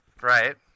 Right